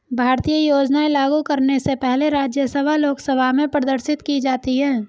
भारतीय योजनाएं लागू करने से पहले राज्यसभा लोकसभा में प्रदर्शित की जाती है